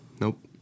Nope